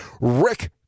Rick